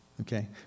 Okay